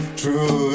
true